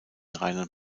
rheinland